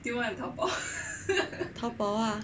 淘宝啊